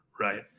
right